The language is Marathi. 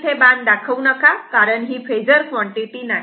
इथे बाण दाखवू नका कारण ही फेजर कॉन्टिटी नाही